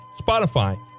Spotify